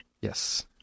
Yes